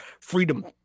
freedom